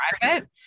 private